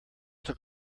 took